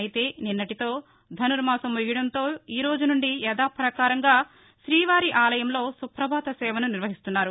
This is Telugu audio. అయితే నిన్నటితో ధనుర్మాసం ముగియడంతో ఈరోజు నుండి యధాపకారంగా శ్రీవారి ఆలయంలో సుప్రభాత సేవను నిర్వహిస్తున్నారు